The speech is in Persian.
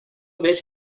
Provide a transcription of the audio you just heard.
بهش